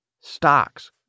stocks